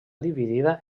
dividida